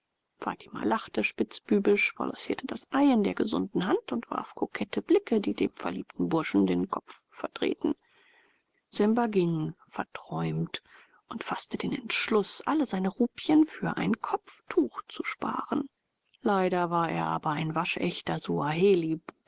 fatima lachte spitzbübisch balancierte das ei in der gesunden hand und warf kokette blicke die dem verliebten burschen den kopf verdrehten simba ging verträumt und faßte den entschluß alle seine rupien für ein kopftuch zu sparen leider war er aber ein waschechter suahelibub